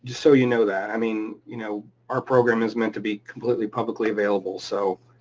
so you know that i mean you know our program is meant to be completely publicly available, so,